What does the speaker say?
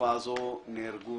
בתקופה הזו נהרגו